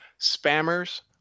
spammers